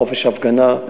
חופש הפגנה,